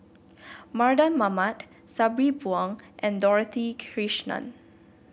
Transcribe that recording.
Mardan Mamat Sabri Buang and Dorothy Krishnan